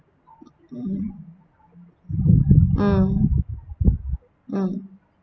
mm mm mm